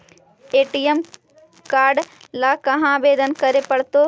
ATM card ल कहा आवेदन करे पड़तै?